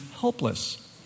helpless